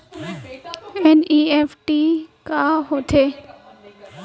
NEFT का होथे?